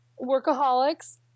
Workaholics